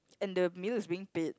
and the meal is being paid